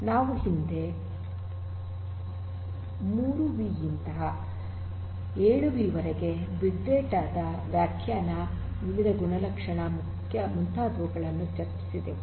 ನಾವು ಹಿಂದೆ ೩ವಿ ಯಿಂದ ೭ವಿ ವರೆಗೆ ಬಿಗ್ ಡೇಟಾ ದ ವ್ಯಾಖ್ಯಾನ ವಿವಿಧ ಗುಣಲಕ್ಷಣ ಮುಂತಾದವುಗಳನ್ನು ಚರ್ಚಿಸಿದೆವು